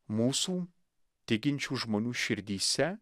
mūsų tikinčių žmonių širdyse